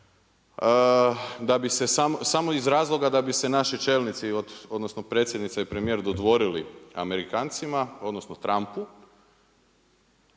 samo iz razloga da bi se naši čelnici odnosno predsjednica i premijer dodvorili Amerikancima odnosno Trumpu,